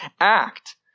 act